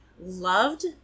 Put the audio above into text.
Loved